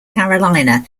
carolina